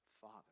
Father